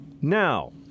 now